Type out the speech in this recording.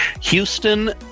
Houston